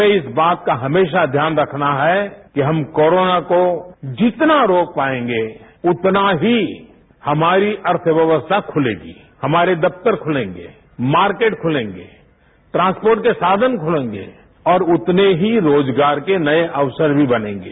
हमें इस बातका हमेशा ध्यान रखना है कि हम कोरोना को जितना रोक पाएंगे उतना ही हमारी अर्थव्यवस्थाखुलेगी हमारे दफ्तर खुलेंगेमार्केट खुलेंगे ट्रांसपोर्ट के साधन खुलेंगे और उतने ही रोजगार के नए अवसरभी बनेंगे